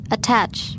Attach